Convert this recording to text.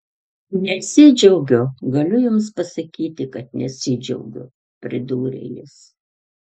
nesidžiaugiu galiu jums pasakyti kad nesidžiaugiu pridūrė jis